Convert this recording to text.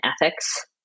ethics